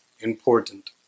important